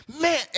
man